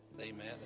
Amen